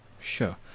Sure